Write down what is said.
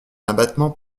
abattement